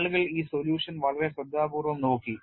ആളുകൾ ഈ solution വളരെ ശ്രദ്ധാപൂർവ്വം നോക്കി